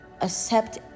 accept